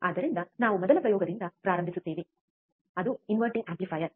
ಆದ್ದರಿಂದ ನಾವು ಮೊದಲ ಪ್ರಯೋಗದಿಂದ ಪ್ರಾರಂಭಿಸುತ್ತೇವೆ ಅದು ಇನ್ವರ್ಟಿಂಗ್ ಆಂಪ್ಲಿಫಯರ್